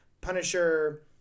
Punisher